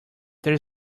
there